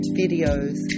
videos